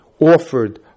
offered